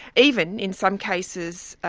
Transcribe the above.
even, in some cases,